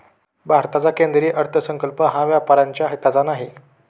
भारताचा केंद्रीय अर्थसंकल्प हा व्यापाऱ्यांच्या हिताचा नाही